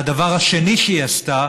והדבר השני שהיא עשתה,